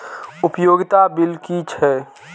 उपयोगिता बिल कि छै?